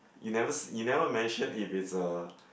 you never you never mention if it's a